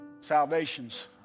Salvations